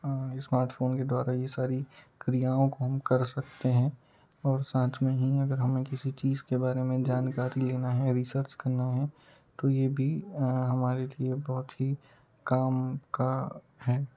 हाँ स्मार्टफोन के द्वारा ये सारी क्रियाओं को हम कर सकते हैं और साथ में ही अगर हमें किसी चीज़ के बारे में जानकारी लेना है रिसर्च रिसर्च करना है तो ये भी हमारे लिए बहुत ही काम का है